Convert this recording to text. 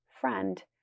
friend